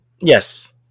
Yes